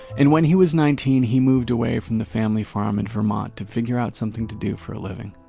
and when he was nineteen he moved away from the family farm in vermont to figure out something to do for a living.